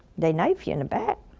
they knife you in the back.